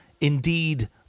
indeed